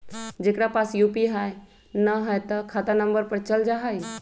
जेकरा पास यू.पी.आई न है त खाता नं पर चल जाह ई?